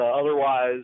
otherwise